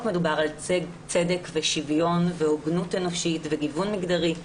מדובר על צדק ושוויון והוגנות אנושית וגיוון מגדרי,